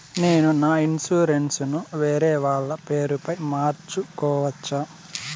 నేను నా ఇన్సూరెన్సు ను వేరేవాళ్ల పేరుపై మార్సుకోవచ్చా?